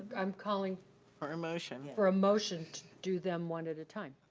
i'm calling for a motion. for a motion to do them one at a time.